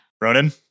Ronan